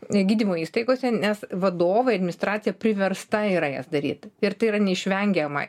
gydymo įstaigose nes vadovai administracija priversta yra jas daryti ir tai yra neišvengiama